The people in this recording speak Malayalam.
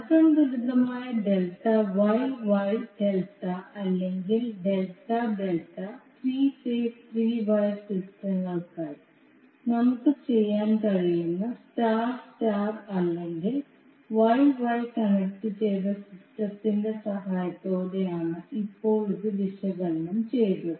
അസന്തുലിതമായ ഡെൽറ്റ വൈ വൈ ഡെൽറ്റ അല്ലെങ്കിൽ delta delta three phase three wire സിസ്റ്റങ്ങൾക്കായി നമുക്ക് ചെയ്യാൻ കഴിയുന്ന സ്റ്റാർ സ്റ്റാർ അല്ലെങ്കിൽ വൈ വൈ കണക്റ്റുചെയ്ത സിസ്റ്റത്തിന്റെ സഹായത്തോടെയാണ് ഇപ്പോൾ ഇത് വിശകലനം ചെയ്തത്